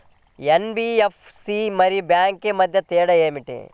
NBFC మరియు bank మధ్య తేడా ఏమిటీ?